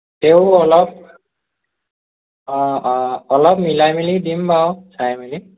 তেও অলপ অ' অ' অলপ মিলাই মেলি দিম বাও চাই মেলি